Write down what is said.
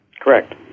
Correct